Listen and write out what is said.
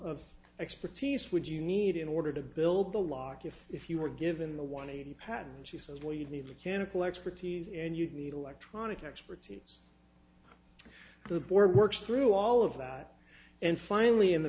of expertise would you need in order to build the lock if if you were given the one eighty patent she says well you'd need a cannibal expertise and you'd need electronic expertise the board works through all of that and finally in the